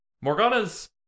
Morgana's